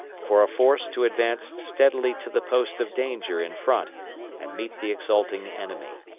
for a force to advance steadily to the post of danger in front and meet the exulting enemy.